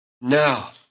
Now